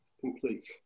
complete